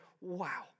wow